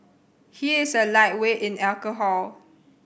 he is a lightweight in alcohol